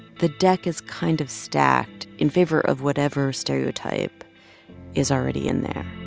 the deck is kind of stacked in favor of whatever stereotype is already in there